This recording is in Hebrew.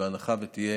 ובהנחה שתהיה